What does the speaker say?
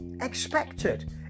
expected